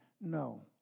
No